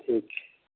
ठीक छै